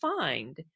find